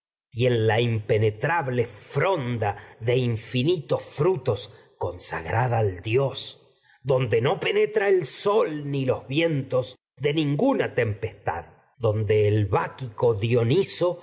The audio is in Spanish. de vino la impenetra fronda de frutos consagrada al dios donde ninguna no penetra el sol ni los vientos de tempestad donde el las báquico dióniso